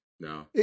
No